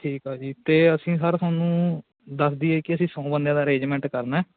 ਠੀਕ ਆ ਜੀ ਅਤੇ ਅਸੀਂ ਸਰ ਤੁਹਾਨੂੰ ਦੱਸ ਦਈਏ ਕਿ ਅਸੀਂ ਸੌ ਬੰਦਿਆਂ ਦਾ ਅਰੇਂਜਮੈਂਟ ਕਰਨਾ